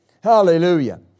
Hallelujah